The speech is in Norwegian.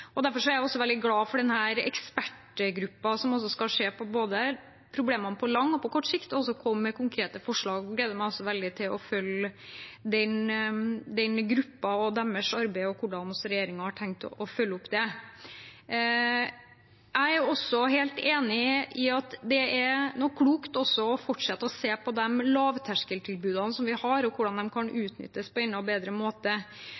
skal se på problemene både på lang og på kort sikt, og som skal komme med konkrete forslag. Jeg gleder meg veldig til å følge den gruppen og deres arbeid og hvordan regjeringen har tenkt å følge opp det. Jeg er også helt enig i at det er klokt å fortsette å se på de lavterskeltilbudene vi har, og hvordan de kan utnyttes på en enda bedre måte.